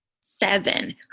Seven